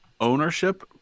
ownership